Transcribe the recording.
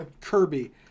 Kirby